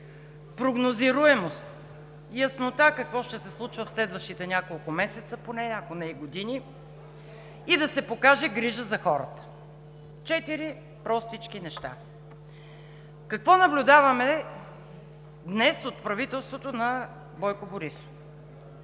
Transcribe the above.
прогнозируемост, яснота какво ще се случва в следващите няколко месеца поне, ако не и години, и да се покаже грижа за хората. Четири простички неща. Какво наблюдаваме днес от правителството на Бойко Борисов?